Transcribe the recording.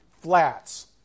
flats